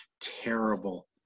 terrible